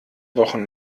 wochen